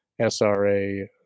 SRA